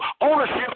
ownership